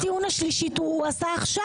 את עסקת הטיעון השלישית הוא עשה עכשיו.